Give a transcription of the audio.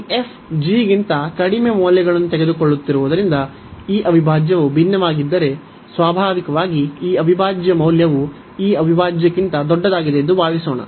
ಈ f g ಗಿಂತ ಕಡಿಮೆ ಮೌಲ್ಯಗಳನ್ನು ತೆಗೆದುಕೊಳ್ಳುತ್ತಿರುವುದರಿಂದ ಈ ಅವಿಭಾಜ್ಯವು ಭಿನ್ನವಾಗಿದ್ದರೆ ಸ್ವಾಭಾವಿಕವಾಗಿ ಈ ಅವಿಭಾಜ್ಯ ಮೌಲ್ಯವು ಈ ಅವಿಭಾಜ್ಯಕ್ಕಿಂತ ದೊಡ್ಡದಾಗಿದೆ ಎಂದು ಭಾವಿಸೋಣ